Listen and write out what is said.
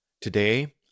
Today